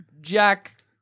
Jack